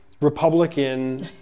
Republican